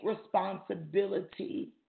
responsibility